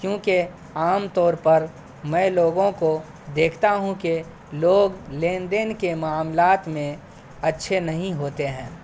کیوں کہ عام طور پر میں لوگوں کو دیکھتا ہوں کہ لوگ لین دین کے معاملات میں اچھے نہیں ہوتے ہیں